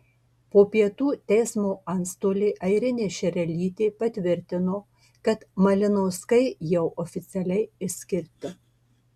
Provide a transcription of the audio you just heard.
po pietų teismo atstovė airinė šerelytė patvirtino kad malinauskai jau oficialiai išskirti